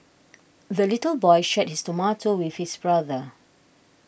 the little boy shared his tomato with his brother